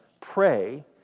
pray